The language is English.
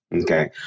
Okay